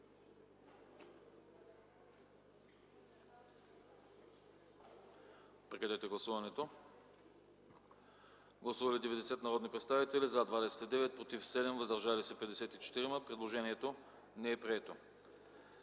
Моля да гласуваме. Гласували 82 народни представители: за 15, против 10, въздържали се 57. Предложението не е прието.